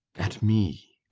at me!